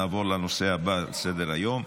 נעבור לנושא הבא על סדר-היום,